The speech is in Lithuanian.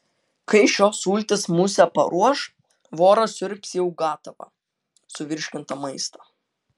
kai šios sultys musę paruoš voras siurbs jau gatavą suvirškintą maistą